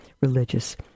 religious